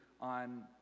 on